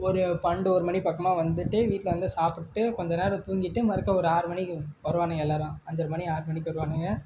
ஒரு பன்னெண்டு ஒரு மணி பக்கமாக வந்துவிட்டு வீட்டில் வந்து சாப்பிட்டு கொஞ்சம் நேரம் தூங்கிவிட்டு மறுக்கா ஒரு ஆறு மணிக்கு வருவானுங்க எல்லோரும் அஞ்சரை மணி ஆறு மணிக்கு வருவானுங்க